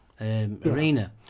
Arena